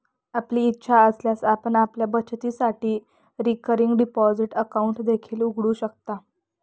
आपली इच्छा असल्यास आपण आपल्या बचतीसाठी रिकरिंग डिपॉझिट अकाउंट देखील उघडू शकता